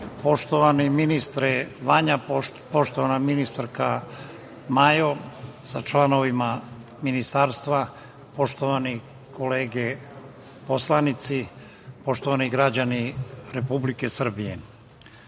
poštovani ministre Vanja, poštovana ministarka Majo sa članovima ministarstva, poštovane kolege poslanici, poštovani građani Republike Srbije,